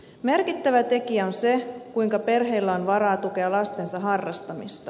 merkittävä tekijä on se kuinka perheellä on varaa tukea lastensa harrastamista